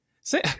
Say